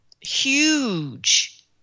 Huge